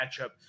matchup